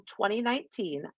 2019